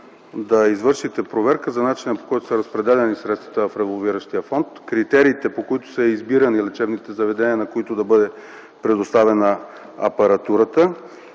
да извършите проверка за начина, по който са разпределени средствата в револвиращия фонд, критериите, по които са избирани лечебните заведения, на които да бъде предоставена апаратурата